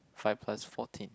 five plus fourteen